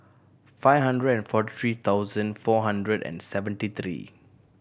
five hundred and forty three thousand four hundred and seventy three